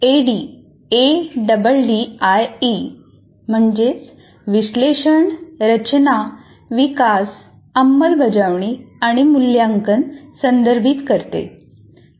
ऍडी विश्लेषण रचना विकास अंमलबजावणी आणि मूल्यांकन संदर्भित करते